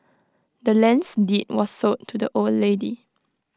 the land's deed was sold to the old lady